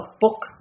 book